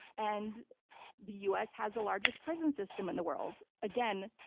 and the u. s. has the largest prison system in the world. again,